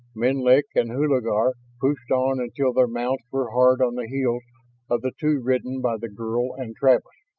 menlik and hulagur pushed on until their mounts were hard on the heels of the two ridden by the girl and travis.